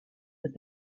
with